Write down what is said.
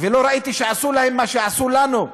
ולא ראיתי שעשו להם מה שעשו לנו,